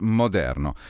moderno